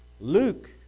Luke